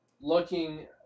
looking